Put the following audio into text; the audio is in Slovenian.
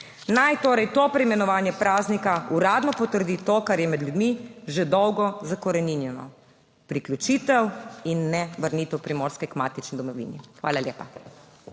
Naj torej to preimenovanje praznika uradno potrdi to, kar je med ljudmi že dolgo zakoreninjeno – priključitev in ne vrnitev Primorske k matični domovini. Hvala lepa.